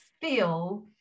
feel